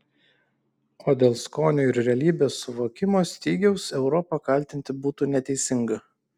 o dėl skonio ir realybės suvokimo stygiaus europą kaltinti būtų neteisinga